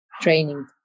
training